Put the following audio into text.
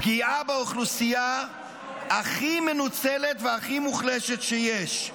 פגיעה באוכלוסייה הכי מנוצלת והכי מוחלשת שיש.